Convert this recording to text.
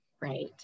Right